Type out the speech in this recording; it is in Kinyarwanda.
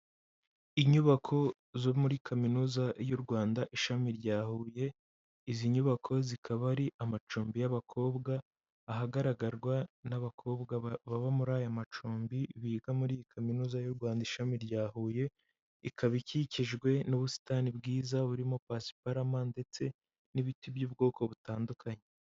Inyubako zo muri kaminuza y'urwanda ishami rya huye, izi nyubako zikaba ari amacumbi y'abakobwa, ahagaragarwa n'abakobwa baba muri aya macumbi biga muri kaminuza y'urwanda ishami rya huye, ikaba ikikijwe n'ubusitani bwiza burimo pasiparamu, ndetse n'ibiti by'ubwoko butandukanye.